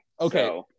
Okay